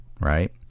right